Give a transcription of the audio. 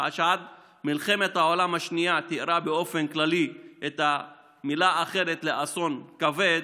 שעד מלחמת העולם השנייה תיארה באופן כללי מילה אחרת לאסון כבד,